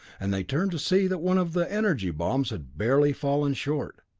and they turned to see that one of the energy bombs had barely fallen short!